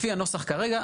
לפי הנוסח כרגע,